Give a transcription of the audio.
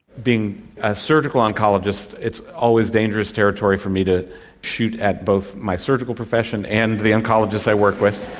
being a surgical oncologist it's always dangerous territory for me to shoot at both my surgical profession and the oncologists i work with,